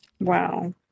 Wow